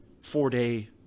four-day